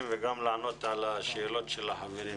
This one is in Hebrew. וגם לענות על השאלות שנשאלו על ידי החברים.